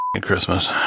Christmas